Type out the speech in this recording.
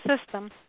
system